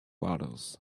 waters